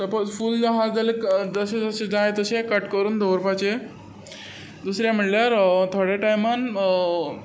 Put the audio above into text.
suppose फूल आसा जाल्यार जशें जशें जाय तशें कट करून दवरपाचें दुसरें म्हणल्यार थोड्या टायमान